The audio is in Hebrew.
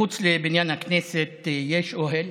מחוץ לבניין הכנסת יש אוהל,